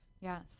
Yes